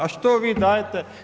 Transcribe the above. A što vi dajte?